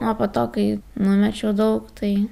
o po to kai numečiau daug tai